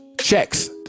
checks